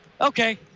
Okay